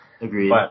Agreed